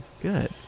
Good